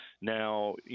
Now